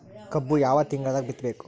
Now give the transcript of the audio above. ಕಬ್ಬು ಯಾವ ತಿಂಗಳದಾಗ ಬಿತ್ತಬೇಕು?